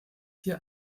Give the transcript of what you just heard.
hier